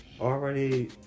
already